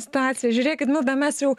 situacija žiūrėkit milda mes jau